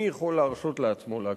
מי יכול להרשות לעצמו להקשיב?